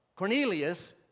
Cornelius